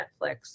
Netflix